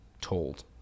told